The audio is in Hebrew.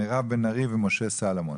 מירב בן ארי ומשה סולומון.